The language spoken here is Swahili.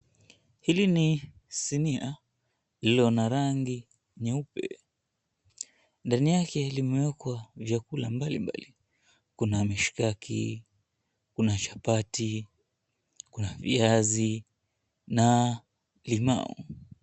Hili ni sinia lililo na rangi nyeupe. Ndani ya hii limewekwa chakula mbalimbali, kuna mishikaki, kuna chapati, kuna viazi na limau.